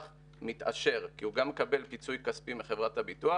החינוך צריכים לקבל את המיטב ואת המרב.